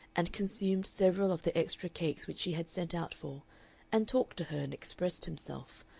and consumed several of the extra cakes which she had sent out for and talked to her and expressed himself,